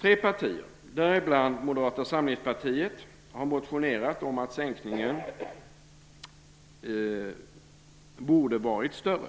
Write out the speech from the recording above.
Tre partier, däribland Moderata samlingspartiet, har motionerat om att sänkningen borde varit större.